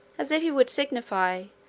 as if he would signify,